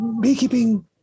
beekeeping